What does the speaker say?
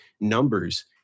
numbers